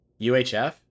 UHF